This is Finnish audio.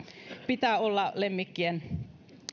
pitää olla lemmikkien